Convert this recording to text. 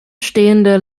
stehender